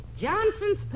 Johnson's